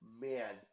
Man